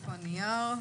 הנוכחים.